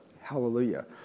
hallelujah